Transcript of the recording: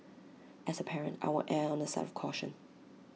as A parent I will err on the side of caution